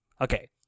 Okay